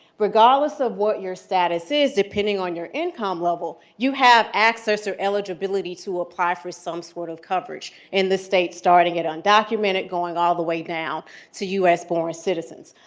regardless of what your status is, depending on your income level, you have access or eligibility to apply for some sort of coverage in the state starting at undocumented going all the way down to us-born citizens.